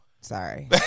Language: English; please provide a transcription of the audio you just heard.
Sorry